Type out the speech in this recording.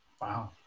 Wow